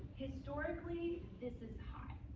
historically, this is high.